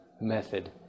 method